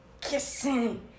kissing